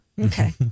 Okay